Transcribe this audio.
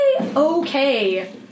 okay